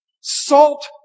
Salt